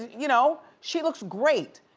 you know, she looks great,